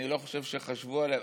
אני לא חושב שחשבו עליה.